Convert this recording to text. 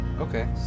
Okay